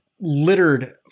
littered